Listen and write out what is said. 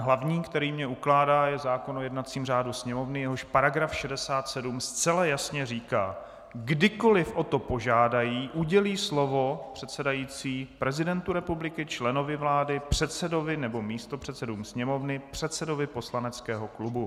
Hlavní, který mi to ukládá, je zákon o jednacím řádu Sněmovny, jehož § 67 zcela jasně říká: Kdykoli o to požádají, udělí předsedající slovo prezidentu republiky, členovi vlády, předsedovi nebo místopředsedům Sněmovny, předsedovi poslaneckého klubu.